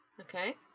Okay